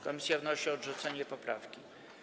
Komisja wnosi o odrzucenie poprawki.